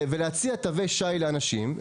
ולהציע תווי שי לאנשים.